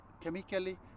chemically